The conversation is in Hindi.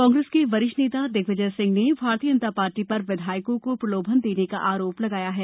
कांग्रेस के वरिष्ठ नेता दिग्विजय सिंह ने भारतीय जनता पार्टी पर विधायकों को प्रलोभन देने का आरोप लगाया है